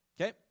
Okay